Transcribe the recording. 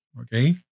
okay